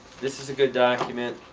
this is a good document.